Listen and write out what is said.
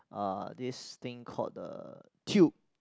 uh this thing called the Tube